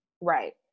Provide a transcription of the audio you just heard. Right